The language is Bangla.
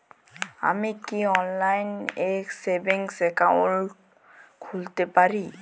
আমি কি অনলাইন এ সেভিংস অ্যাকাউন্ট খুলতে পারি?